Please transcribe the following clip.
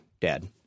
Dad